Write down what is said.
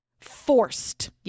forced